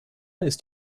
ist